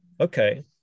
okay